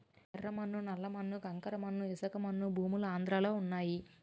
యెర్ర మన్ను నల్ల మన్ను కంకర మన్ను ఇసకమన్ను భూములు ఆంధ్రలో వున్నయి